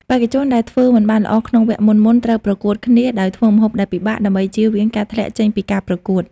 បេក្ខជនដែលធ្វើមិនបានល្អក្នុងវគ្គមុនៗ ត្រូវប្រកួតគ្នាដោយធ្វើម្ហូបដែលពិបាក ដើម្បីជៀសវាងការធ្លាក់ចេញពីការប្រកួត